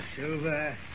Silver